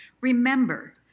Remember